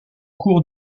cours